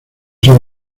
son